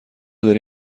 داری